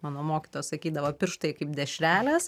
mano mokytojas sakydavo pirštai kaip dešrelės